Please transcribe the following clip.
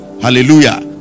Hallelujah